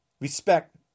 respect